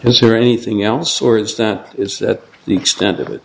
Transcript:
is there anything else or is that is that the extent of it